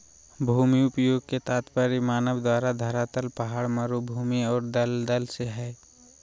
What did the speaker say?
भूमि उपयोग के तात्पर्य मानव द्वारा धरातल पहाड़, मरू भूमि और दलदल से हइ